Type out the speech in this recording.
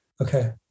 Okay